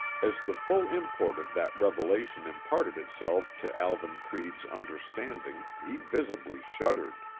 as the full import of that revelation imparted itself to alvan creede's understanding he visibly shuddered.